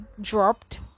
dropped